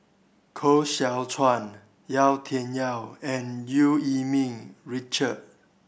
Koh Seow Chuan Yau Tian Yau and Eu Yee Ming Richard